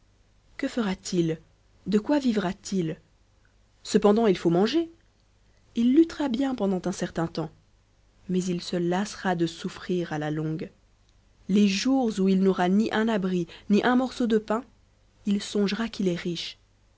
que fera-t-il de quoi vivra t il cependant il faut manger il luttera bien pendant un certain temps mais il se lassera de souffrir à la longue les jours où il n'aura ni un abri ni un morceau de pain il songera qu'il est riche